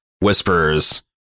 whispers